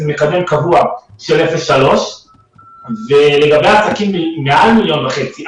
הוא מקדם קבוע של 0,3. לגבי עסקים מעל מיליון וחצי,